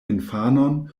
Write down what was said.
infanon